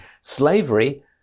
slavery